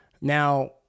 Now